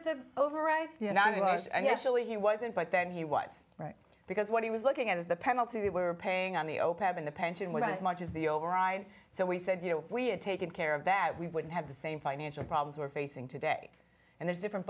the overripe and i was actually he wasn't but then he was right because what he was looking at is the penalty they were paying on the open the pension with as much as the override so we said you know we're taken care of that we wouldn't have the same financial problems we're facing today and there's different